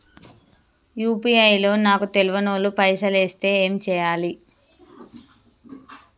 UPI లో నాకు తెల్వనోళ్లు పైసల్ ఎస్తే ఏం చేయాలి?